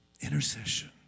Intercession